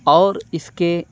اور اِس کے